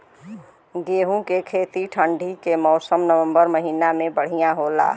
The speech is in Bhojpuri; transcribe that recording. गेहूँ के खेती ठंण्डी के मौसम नवम्बर महीना में बढ़ियां होला?